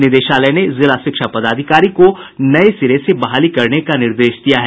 निदेशालय ने जिला शिक्षा पदाधिकारी को नये सिरे से बहाली करने का निर्देश दिया है